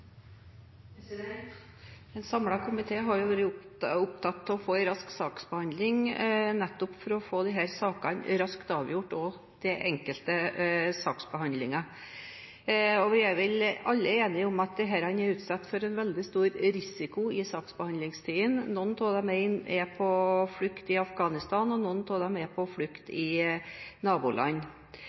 vedtak. En samlet komité har vært opptatt av å få en rask saksbehandling nettopp for å få de enkelte sakene raskt avgjort. Vi er vel alle enige om at disse er utsatt for en veldig stor risiko i saksbehandlingstiden. Noen av dem er på flukt i Afghanistan, og noen av dem er på flukt i naboland.